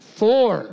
four